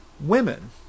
women